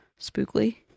Spookly